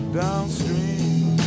downstream